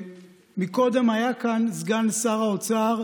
קודם היה כאן סגן שר האוצר,